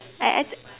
I I think